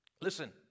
listen